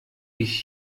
ich